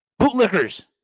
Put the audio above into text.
Bootlickers